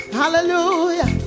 hallelujah